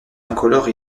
incolore